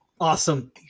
Awesome